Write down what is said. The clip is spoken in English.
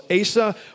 Asa